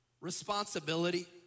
responsibility